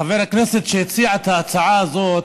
חבר הכנסת שהציע את ההצעה הזאת,